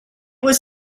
was